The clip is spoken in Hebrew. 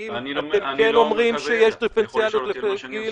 האם אתם כן אומרים שיש דיפרנציאליות לפי גיל